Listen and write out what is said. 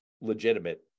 legitimate